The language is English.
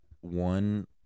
one